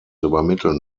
übermitteln